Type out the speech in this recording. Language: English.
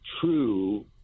true